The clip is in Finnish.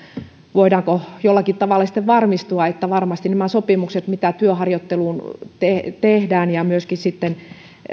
voidaanko jollakin tavalla sitten varmistua että nämä sopimukset mitä työharjoitteluun ja myöskin